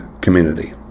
community